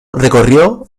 recorrió